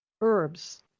herbs